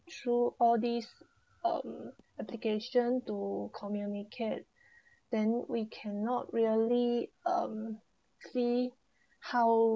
through all this um application to communicate then we cannot really um see how